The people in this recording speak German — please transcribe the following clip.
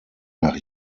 nach